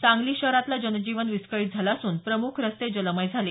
सांगली शहरातलं जनजीवन विस्कळीत झालं असून प्रमुख रस्ते जलमय झाले